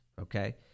okay